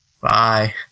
Bye